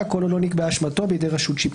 כל עוד לא נקבעה אשמתו בידי רשות שיפוטית.